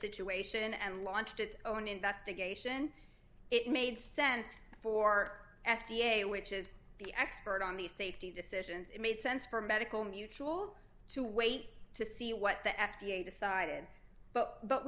situation and launched its own investigation it made sense for f d a which is the expert on these safety decisions it made sense for medical mutual to wait to see what the f d a decided but but